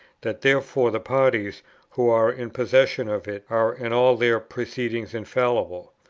that therefore the parties who are in possession of it are in all their proceedings infallible.